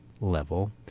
level